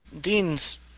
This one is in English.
Dean's